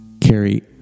Carrie